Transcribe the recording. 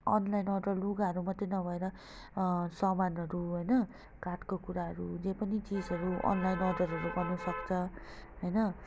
online लुगाहरू मात्रै नभएर सामानहरू होइन काठको कुराहरू जे पनि चिजहरू अनलाइन अर्डरहरू गर्नु सक्छ होइन